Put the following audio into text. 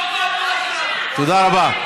תודה רבה.